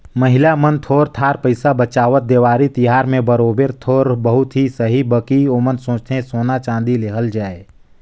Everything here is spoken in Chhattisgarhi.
महिला मन थोर थार पइसा बंचावत, देवारी तिहार में बरोबेर थोर बहुत ही सही बकि ओमन सोंचथें कि सोना चाँदी लेहल जाए